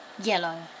Yellow